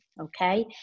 okay